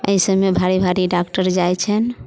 एहिसभमे भारी भारी डाक्टर जाइत छैन्ह